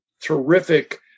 terrific